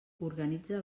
organitza